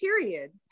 period